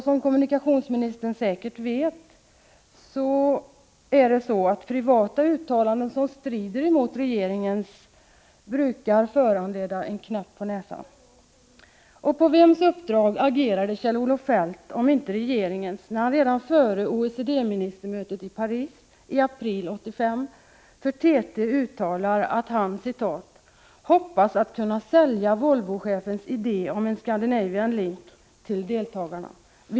Som kommunikationsministern säkert vet brukar privata uttalanden som strider mot regeringens syn föranleda en knäpp på näsan. Och på vems uppdrag agerade Kjell-Olof Feldt om inte på regeringens, när han redan före OECD-ministermötet i Paris i april 1985 för TT uttalade att han ”hoppas att kunna sälja Volvo-chefens idé om en Scandinavian Link ——— till deltagarna”?